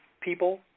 people